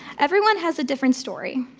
everyone has a different story.